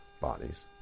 bodies